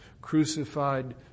crucified